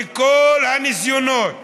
וכל הניסיונות